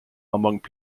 amongst